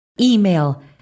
email